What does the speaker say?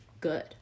good